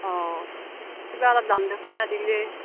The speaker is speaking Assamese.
অ কিবা অলপ দান দক্ষিণা দিলে